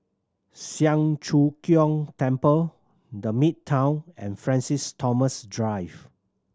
Siang Cho Keong Temple The Midtown and Francis Thomas Drive